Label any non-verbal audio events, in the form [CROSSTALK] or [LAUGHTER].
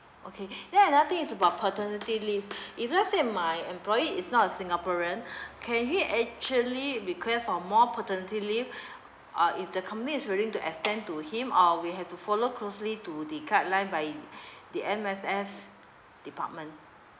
okay [BREATH] then another thing is about paternity leave [BREATH] if let say my employee is not a singaporean [BREATH] can we actually request for more paternity leave [BREATH] uh if the company is willing to extend to him or we have to follow closely to the guideline by [BREATH] the M_S_F department